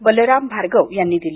बलराम भार्गव यांनी दिली